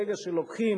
ברגע שלוקחים